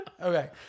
okay